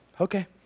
okay